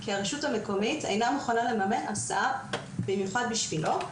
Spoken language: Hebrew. כי הרשות המקומית אינה מוכנה לממן הסעה במיוחד בשבילו,